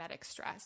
stress